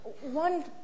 One